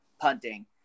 punting